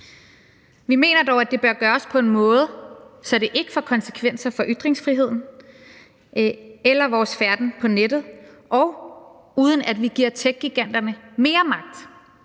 Vi mener dog, at det bør gøres på en måde, så det ikke får konsekvenser for ytringsfriheden eller vores færden på nettet, og uden at vi giver techgiganterne mere magt,